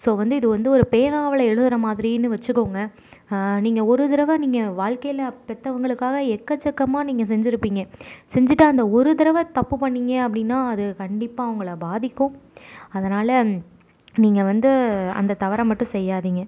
so வந்து இது வந்து ஒரு பேனாவில் எழுதுகிற மாதிரின்னு வெச்சுக்கோங்க நீங்கள் ஒரு தடவ நீங்கள் வாழ்க்கையில் பெற்றவங்களுக்காக எக்கச்சக்கமாக நீங்கள் செஞ்சுருப்பிங்க செஞ்சுட்டு அந்த ஒரு தடவ தப்பு பண்ணீங்க அப்படின்னா அது கண்டிப்பாக உங்களை பாதிக்கும் அதனால் நீங்கள் வந்து அந்த தவறை மட்டும் செய்யாதீங்க